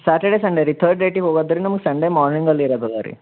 Saturday Sunday ರೀ third ಡೇಟಿಗೆ ಹೋಗೋದು ರೀ ನಮ್ಗೆ ಸಂಡೇ ಮಾರ್ನಿಂಗ್ ಅಲ್ಲಿ ಇರೋದದ ರೀ